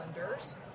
lenders